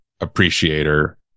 appreciator